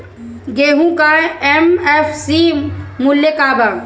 गेहू का एम.एफ.सी मूल्य का बा?